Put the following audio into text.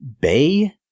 bay